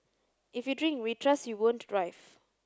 if you drink we trust you won't drive